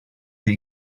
the